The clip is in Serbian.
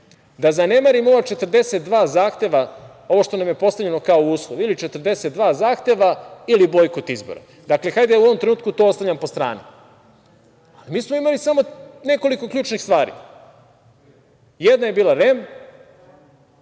da zanemarimo ova 42 zahteva, ovo što nam je postavljeno kao uslov – ili 42 zahteva ili bojkot izbora, dakle, hajde u ovom trenutku to ostavljam po strani, ali smo imali samo nekoliko ključnih stvari. Jedan je bila REM,